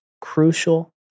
crucial